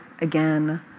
again